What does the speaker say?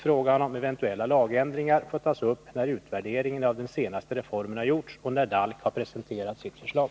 Frågan om eventuella lagändringar får tas upp när utvärderingen av den senaste reformen har gjorts och när DALK har presenterat sitt förslag.